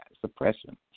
Suppression